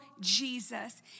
Jesus